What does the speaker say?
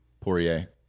Poirier